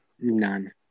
None